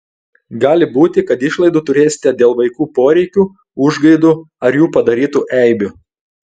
gali būti kad išlaidų turėsite dėl vaikų poreikių užgaidų ar jų padarytų eibių